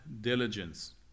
diligence